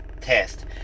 test